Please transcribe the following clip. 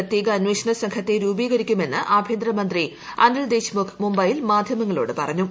പ്രത്യേക അന്വേഷണ സംഘത്തെ രൂപീകരിക്കുമെന്ന് ആഭ്യന്തരമന്ത്രി അനിൽ ദേശ്മുഖ് മുംബൈയിൽ മാധ്യമങ്ങളോട് പറഞ്ഞു